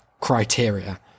criteria